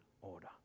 order